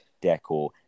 decor